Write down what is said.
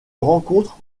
rencontre